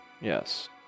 Yes